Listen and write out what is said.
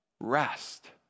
rest